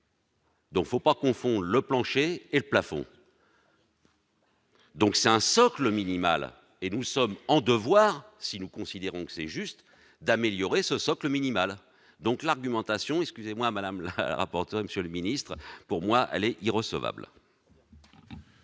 Donc, faut pas confondre le plancher et le plafond. Donc c'est un socle minimal et nous sommes en devoir si nous considérons que c'est juste d'améliorer ce socle minimal, donc l'argumentation, excusez-moi, madame, le rapporteur, Monsieur le ministre, pour moi, allez-y recevable.